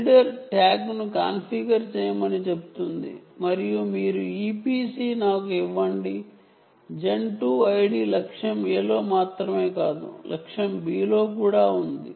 reader ట్యాగ్ను configure చేయమని చెబుతుంది మరియు మీ EPC నాకు ఇవ్వండి జెన్ 2 ID టార్గెట్ A లో మాత్రమే కాదు టార్గెట్ B లో కూడా ఉంది